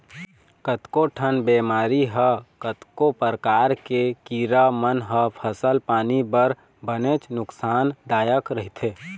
कतको ठन बेमारी ह कतको परकार के कीरा मन ह फसल पानी बर बनेच नुकसान दायक रहिथे